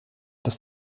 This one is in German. das